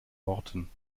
worten